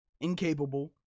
Incapable